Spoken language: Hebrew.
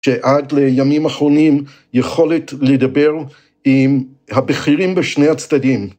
שעד לימים אחרונים יכולת לדבר עם הבכירים בשני הצדדים.